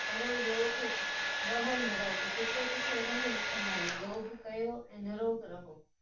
करो योग रहो निरोग जिते किथे ईंअ ई लिखंदा आहिनि योग कयो ऐं निरोग रहो